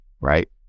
right